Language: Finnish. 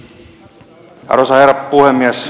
arvoisa herra puhemies